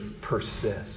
persist